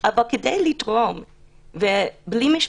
אבל כדי לתרום ובלי משפחה.